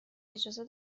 اجازه